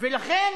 ולכן